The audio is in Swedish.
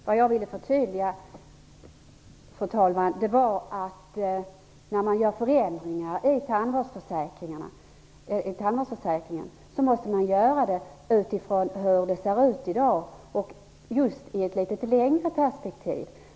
Fru talman! Vad jag ville förtydliga var, att när man gör förändringar i tandvårdsförsäkringen måste man göra det utifrån hur det ser ut i dag och i ett litet längre perspektiv.